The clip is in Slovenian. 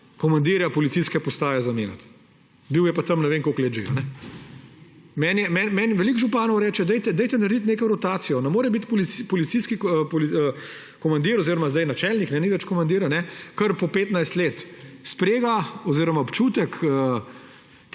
komandirja policijske postaje zamenjati, ki je bil tam ne vem koliko let že. Meni veliko županov reče, dajte narediti neko rotacijo. Ne more biti komandir oziroma zdaj načelnik, ni več komandir, kar po 15 let. Sprega oziroma občutek